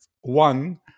one